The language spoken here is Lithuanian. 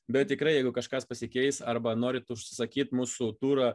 bet tikrai jeigu kažkas pasikeis arba norit užsisakyt mūsų turą